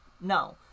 no